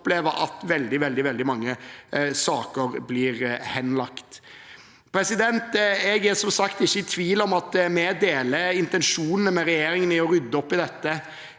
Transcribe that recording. man opplever at veldig, veldig mange saker blir henlagt. Jeg er som sagt ikke i tvil om at vi deler intensjonene til regjeringen om å rydde opp i dette.